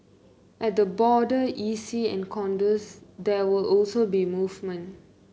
at the border E C and condos there will also be movement